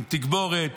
עם תגבורת.